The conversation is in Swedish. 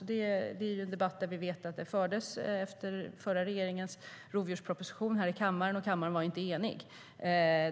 Det var en debatt som fördes här i kammaren efter förra regeringens rovdjursproposition, och kammaren var inte enig.